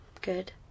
Good